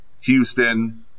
Houston –